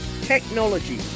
technology